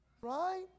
Right